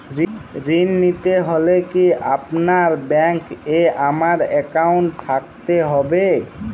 ঋণ নিতে হলে কি আপনার ব্যাংক এ আমার অ্যাকাউন্ট থাকতে হবে?